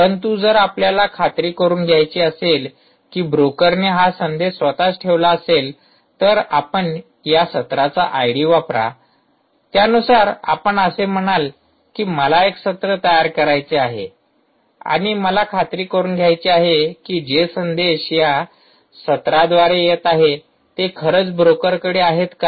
परंतु जर आपल्याला खात्री करुन घ्यायची असेल की ब्रोकरने हा संदेश स्वतःच ठेवला असेल तर आपण या सत्राचा आयडी वापरा त्यानुसार आपण असे म्हणाल की मला एक सत्र तयार करायचे आहे आणि मला खात्री करुन घ्यायचे आहे की जे संदेश या सत्राद्वारे येत आहे ते खरंच ब्रोकरकडे आहेत का